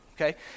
okay